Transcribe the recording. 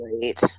great